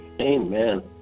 Amen